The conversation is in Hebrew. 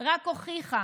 רק מוכיחה